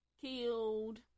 killed